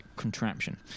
contraption